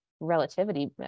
Relativity